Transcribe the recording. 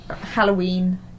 halloween